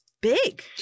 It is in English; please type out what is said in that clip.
big